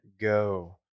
go